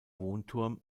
wohnturm